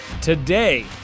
Today